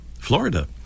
Florida